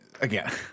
again